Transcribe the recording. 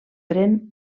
pren